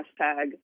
hashtag